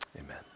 Amen